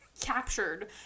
captured